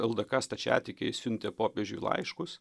ldk stačiatikiai siuntė popiežiui laiškus